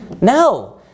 No